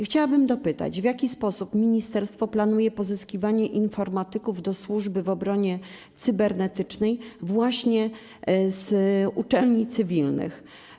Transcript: Chciałabym dopytać, w jaki sposób ministerstwo planuje pozyskiwanie informatyków do służby w obronie cybernetycznej właśnie z uczelni cywilnych.